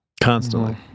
constantly